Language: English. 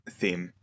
theme